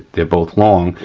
they're both long.